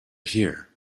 here